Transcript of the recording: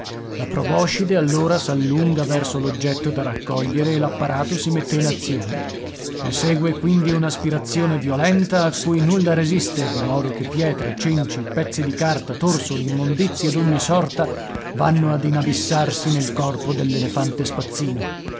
la proboscide allora s'allunga verso l'oggetto da raccogliere e l'apparato si mette in azione ne segue quindi un'aspirazione violenta a cui nulla resiste di modo che pietre cenci pezzi di carta torsoli immondizie d'ogni sorta vanno ad inabissarsi nel corpo dell'elefante spazzino